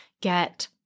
get